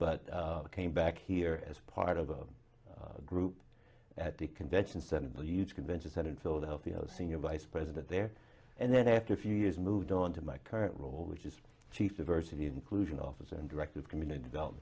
but came back here as part of a group at the convention center the huge convention center in philadelphia senior vice president there and then after a few years moved on to my current role which is chief diversity inclusion office and director of community develop